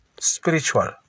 spiritual